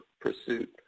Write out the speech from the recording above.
pursuit